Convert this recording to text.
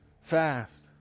Fast